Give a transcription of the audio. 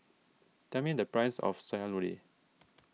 tell me the price of Sayur Lodeh